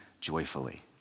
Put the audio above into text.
joyfully